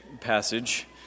passage